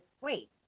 wait